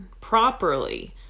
properly